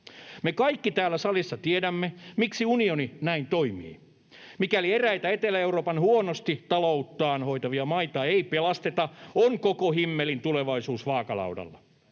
Me kaikki täällä salissa tiedämme, miksi unioni näin toimii. Mikäli eräitä Etelä-Euroopan huonosti talouttaan hoitavia maita ei pelasteta, on koko himmelin tulevaisuus vaakalaudalla.